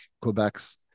Quebec's